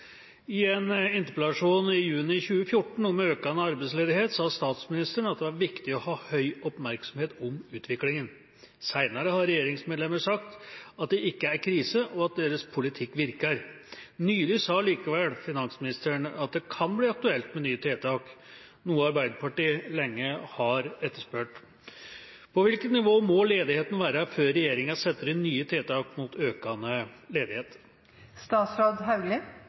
i statsbudsjettet. I en interpellasjon i juni 2014 om økende arbeidsledighet sa statsministeren at det er «viktig å ha høy oppmerksomhet om utviklingen». Senere har regjeringsmedlemmer sagt at det ikke er krise, og at deres politikk virker. Nylig sa likevel finansministeren at det kan bli aktuelt med nye tiltak, noe Arbeiderpartiet lenge har etterspurt. På hvilket nivå må ledigheten være før regjeringen setter inn nye tiltak mot økende